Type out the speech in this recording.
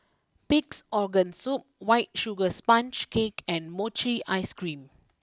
Pig's Organ Soup White Sugar Sponge Cake and Mochi Ice cream